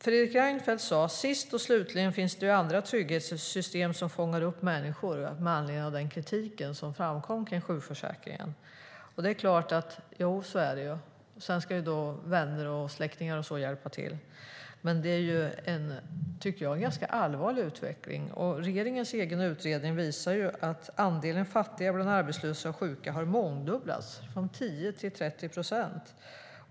Fredrik Reinfeldt sade med anledning av den kritik som framfördes mot sjukförsäkringen: "Sist och slutligen finns det andra trygghetssystem som fångar upp människor." Jo, det är klart; så är det ju. Sedan ska vänner och släktingar hjälpa till. Men det är, tycker jag, en ganska allvarlig utveckling. Regeringens egen utredning visar att andelen fattiga bland arbetslösa och sjuka har mångdubblats från 10 till 30 procent.